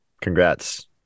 Congrats